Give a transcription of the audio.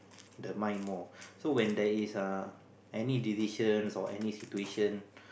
the mind more so when there is err any decision or any situation